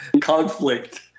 Conflict